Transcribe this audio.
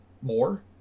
more